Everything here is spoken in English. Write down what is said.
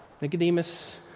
Nicodemus